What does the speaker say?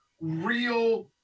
real